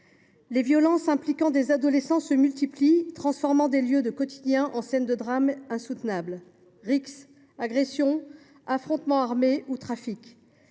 Les violences impliquant des adolescents s’accumulent, transformant des lieux quotidiens en scènes de drame insoutenables. Rixes, agressions, affrontements armés ou trafic